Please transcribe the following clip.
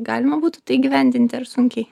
galima būtų tai įgyvendinti ar sunkiai